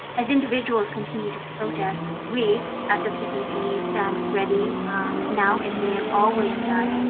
as individuals continue to protest, we, at the cpc, stand ready now, as we have always done,